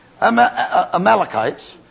Amalekites